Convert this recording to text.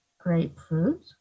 grapefruit